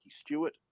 Stewart